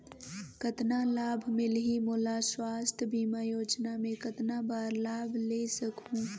कतना लाभ मिलही मोला? स्वास्थ बीमा योजना मे कतना बार लाभ ले सकहूँ?